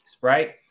Right